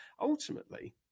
ultimately